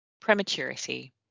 Prematurity